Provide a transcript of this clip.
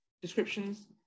descriptions